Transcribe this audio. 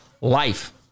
life